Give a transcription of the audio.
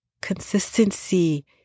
consistency